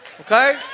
Okay